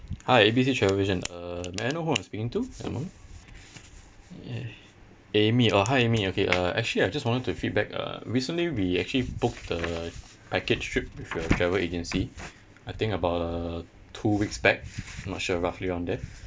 hi A B C travel agent uh may I know who I'm speaking to at the moment yeah amy oh hi amy okay uh actually I just wanted to feedback uh recently we actually booked the package trip with your travel agency I think about uh two weeks back not sure roughly around that